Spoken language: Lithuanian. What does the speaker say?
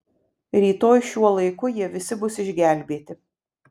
rytoj šiuo laiku jie visi bus išgelbėti